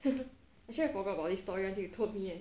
actually I forgot about this story until you told me eh